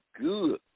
good